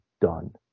done